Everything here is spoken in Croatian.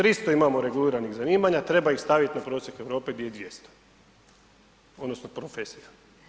300 imamo reguliranih zanimanja, treba ih staviti na prosjek Europe gdje ih je 200, odnosno profesija.